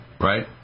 right